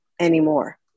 anymore